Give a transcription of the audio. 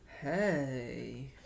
Hey